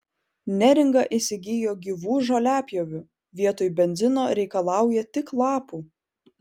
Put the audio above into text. neringa įsigijo gyvų žoliapjovių vietoj benzino reikalauja tik lapų